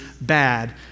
bad